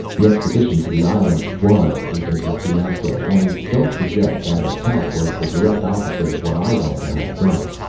the expedition to the island was a deadly fiasco only don't forget that attack was the direct opposite of what i wanted to have done.